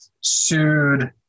sued